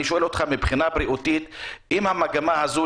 אני שואל אותך מבחינה בריאותית: אם המגמה הזאת,